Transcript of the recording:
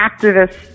activists